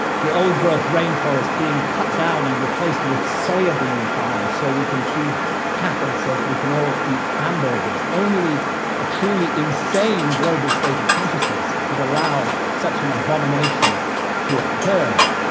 the old growth rainforest being cut down and replaced with soya bean farms so we can feed cattle so that we can all eat hamburgers. only a truly insane global state of consciousness could allow such an abomination to occur.